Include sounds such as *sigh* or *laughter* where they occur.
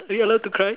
are we allowed to cry *laughs*